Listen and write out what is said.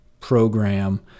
program